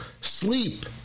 sleep